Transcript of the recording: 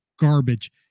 garbage